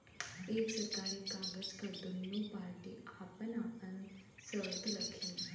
एक सरकारी कागज पर दुन्नो पार्टी आपन आपन सर्त रखी